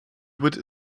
would